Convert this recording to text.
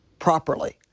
properly